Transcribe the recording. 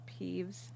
peeves